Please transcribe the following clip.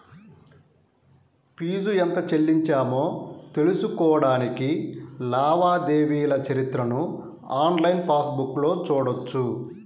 fee ఎంత చెల్లించామో తెలుసుకోడానికి లావాదేవీల చరిత్రను ఆన్లైన్ పాస్ బుక్లో చూడొచ్చు